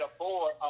aboard